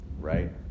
right